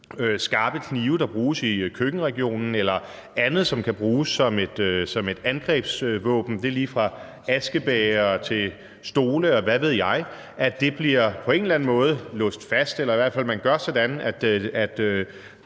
skarpe knive, der bruges i køkkenregionen, eller andet, som kan bruges som et angrebsvåben, og det er lige fra askebægre til stole, og hvad ved jeg, på en eller anden måde bliver låst fast, eller at man i hvert fald gør sådan, at